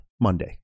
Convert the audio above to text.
Monday